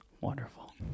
Wonderful